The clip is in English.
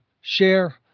share